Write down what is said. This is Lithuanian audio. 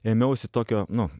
ėmiausi tokio nu